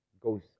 goes